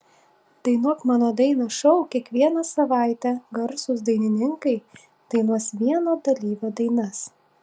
dainuok mano dainą šou kiekvieną savaitę garsūs dainininkai dainuos vieno dalyvio dainas